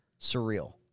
surreal